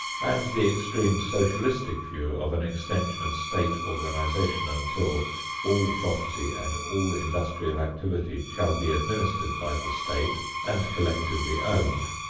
and the extreme socialistic view of an extension of state organization until all property and all industrial activity shall be administered by the state and collectively owned,